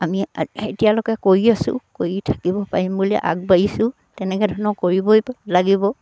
আমি এতিয়ালৈকে কৰি আছোঁ কৰি থাকিব পাৰিম বুলি আগবাঢ়িছোঁ তেনেকে ধৰণৰ কৰিবই লাগিব